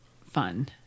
fun